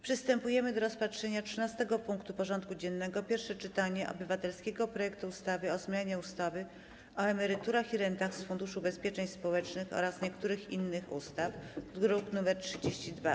Przystępujemy do rozpatrzenia punktu 13. porządku dziennego: Pierwsze czytanie obywatelskiego projektu ustawy o zmianie ustawy o emeryturach i rentach z Funduszu Ubezpieczeń Społecznych oraz niektórych innych ustaw (druk nr 32)